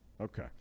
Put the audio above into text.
okay